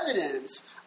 evidence